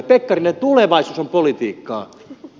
pekkarinen tulevaisuus on politiikkaa